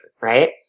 right